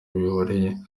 bihuriye